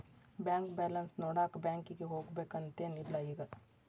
bank balance ನೋಡಾಕ ಬ್ಯಾಂಕಿಗೆ ಹೋಗ್ಬೇಕಂತೆನ್ ಇಲ್ಲ ಈಗ